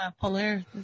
polar